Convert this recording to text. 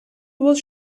was